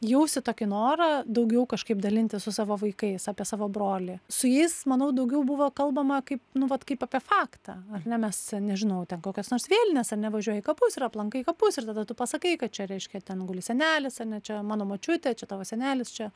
jausti tokį norą daugiau kažkaip dalintis su savo vaikais apie savo brolį su jais manau daugiau buvo kalbama kaip nu vat kaip apie faktą ar ne mes nežinau ten kokios nors vėlinės ane važiuoji į kapus ir aplankai kapus ir tada tu pasakai kad čia reiškia ten guli senelis ane čia mano močiutė čia tavo senelis čia